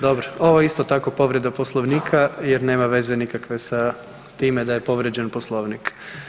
Dobro, ovo je isto tako povreda Poslovnika jer nema veze nikakve sa time da je povrijeđen Poslovnik.